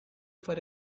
for